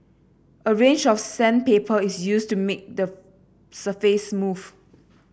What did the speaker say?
a range of sandpaper is used to make the surface smooth